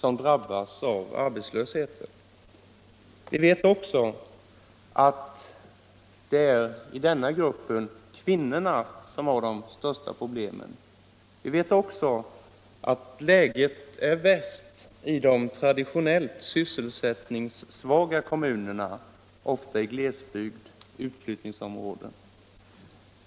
I denna grupp är det kvinnorna som har de största problemen. Vi vet att läget är värst i de traditionellt sysselsättningssvaga kommunerna, ofta i glesbygd och utflyttningsområden.